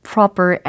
proper